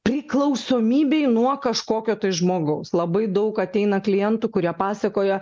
priklausomybei nuo kažkokio tai žmogaus labai daug ateina klientų kurie pasakoja